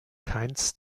keines